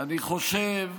אני חושב,